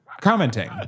commenting